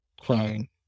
crying